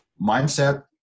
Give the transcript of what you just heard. mindset